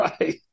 Right